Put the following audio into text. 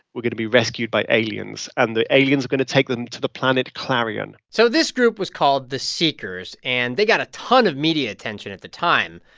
were going to be rescued by aliens, and the aliens are going to take them to the planet clarion so this group was called the seekers, and they got a ton of media attention at the time.